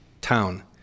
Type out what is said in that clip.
town